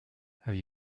have